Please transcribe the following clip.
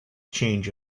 change